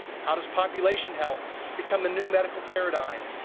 how does population health become the new medical paradigm?